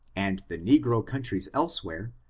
and the ne gro countries elsewhere,